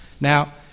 Now